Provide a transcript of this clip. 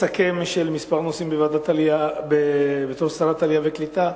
כמה נושאים, בתור שרת העלייה והקליטה,